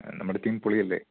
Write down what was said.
നമ്മുടെ ടീം പൊളിയല്ലേ